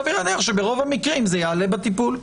סביר להניח שברוב המקרים זה יעלה בטיפול.